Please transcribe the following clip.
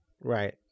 Right